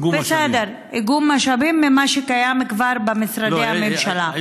בסדר, איגום משאבים ממה שקיים כבר במשרדי הממשלה.